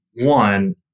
one